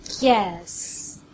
yes